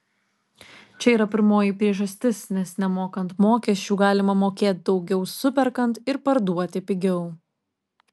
čia yra pirmoji priežastis nes nemokant mokesčių galima mokėt daugiau superkant ir parduoti pigiau